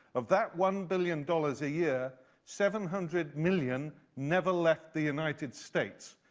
of that one billion dollars a year seven hundred million never left the united states.